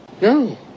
No